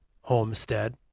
homestead